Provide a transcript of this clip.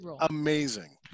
amazing